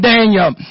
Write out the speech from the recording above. Daniel